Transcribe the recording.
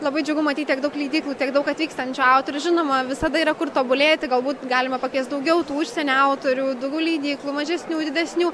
labai džiugu matyti daug leidyklų tiek daug atvykstančių autorių žinoma visada yra kur tobulėti galbūt galima pakviest daugiau tų užsienio autorių daugiau leidyklų mažesnių didesnių